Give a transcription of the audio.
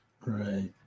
Right